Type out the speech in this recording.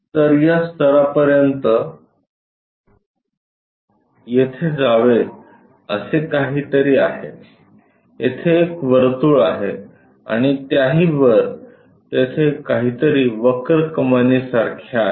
तर या स्तरापर्यंत येथे जावे असे काहीतरी आहे येथे एक वर्तुळ आहे आणि त्याही वर तेथे काहीतरी वक्र कमानी सारखे आहे